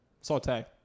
Saute